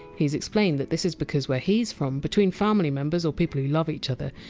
he's explained that this is because, where he's from, between family members, or people who love each other,